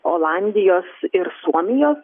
olandijos ir suomijos